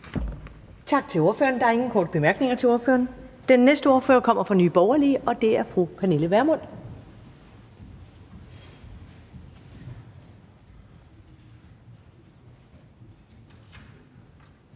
Tak til ordføreren. Der er ingen korte bemærkninger til ordføreren. Den næste ordfører kommer fra Nye Borgerlige, og det er fru Pernille Vermund.